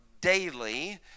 daily